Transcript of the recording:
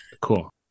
Cool